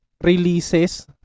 releases